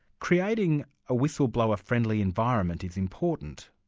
creating a whistleblower-friendly environment is important,